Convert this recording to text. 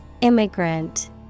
Immigrant